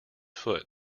foot